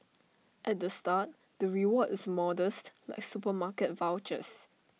at the start the reward is modest like supermarket vouchers